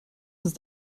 ist